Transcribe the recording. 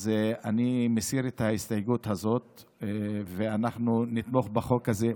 אז אני מסיר את ההסתייגות הזאת ואנחנו נתמוך בחוק הזה.